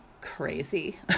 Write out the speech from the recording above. crazy